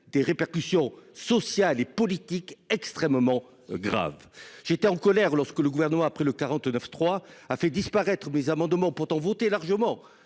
des répercussions sociales et politiques extrêmement grave. J'étais en colère lorsque le gouvernement après le 49.3 a fait disparaître mes amendement pourtant voté largement